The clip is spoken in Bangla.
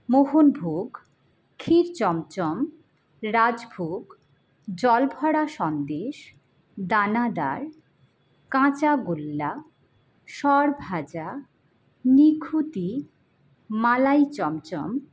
মোহনভোগ ক্ষীর চমচম রাজভোগ জলভরা সন্দেশ দানাদার কাঁচা গোল্লা সরভাজা নিখুতি মালাই চমচম